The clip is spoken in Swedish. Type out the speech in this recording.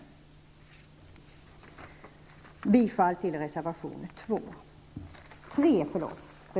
Jag yrkar bifall till reservation 3.